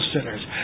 sinners